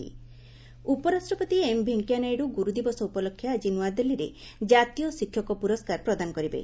PM teachers ଉପରାଷ୍ଟ୍ରପତି M Venkaiah Naidu ଗୁରୁଦିବସ ଉପଲକ୍ଷେ ଆଜି ନ୍ତଆଦିଲ୍ଲୀରେ ଜାତୀୟ ଶିକ୍ଷକ ପ୍ରରସ୍କାର ପ୍ରଦାନ କରିବେ